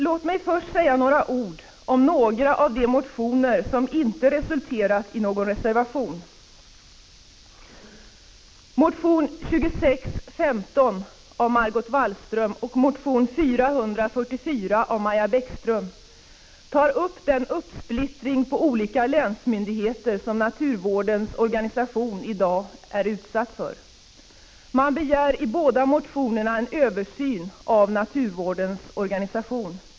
Låt mig först säga några ord om några av de motioner som inte resulterat i någon reservation. upp den uppsplittring på olika länsmyndigheter som naturvården i dag är utsatt för. Man begär i båda motionerna en översyn av naturvårdens organisation.